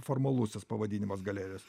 formalusis pavadinimas galerijos